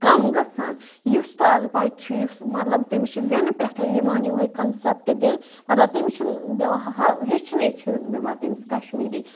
کَم گژھان یُس تہِ اَز بَچہِ چھِ یُس مطلب تٔمِس چھِ زٮ۪نہٕ پٮ۪ٹھَے یِوان یوٚہَے کَنسٮ۪پٹ دِنہٕ مطلب تٔمِس چھِنہٕ دِوان ہیٚچھنٕے چھِنہٕ دِوان تٔمِس کشمیٖری